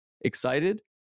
Excited